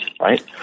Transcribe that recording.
right